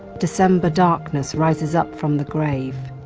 december darkness rises up from the grave,